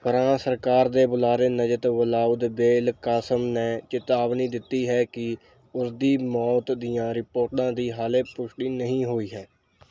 France ਸਰਕਾਰ ਦੇ ਬੁਲਾਰੇ ਨਜਤ ਵਲਾਉਦ ਬੇਲਕਾਸਮ ਨੇ ਚਿਤਾਵਨੀ ਦਿੱਤੀ ਹੈ ਕਿ ਉਸਦੀ ਮੌਤ ਦੀਆਂ ਰਿਪੋਰਟਾਂ ਦੀ ਹਾਲੇ ਪੁਸ਼ਟੀ ਨਹੀਂ ਹੋਈ ਹੈ